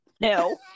no